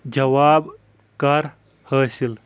جواب کر حٲصل